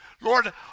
Lord